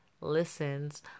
listens